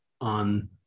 on